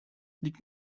liegt